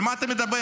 על מה אתה מדבר?